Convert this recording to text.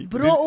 Bro